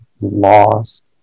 lost